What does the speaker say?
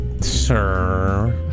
Sir